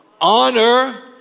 Honor